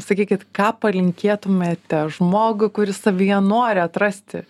sakykit ką palinkėtumėte žmogui kuris savyje nori atrasti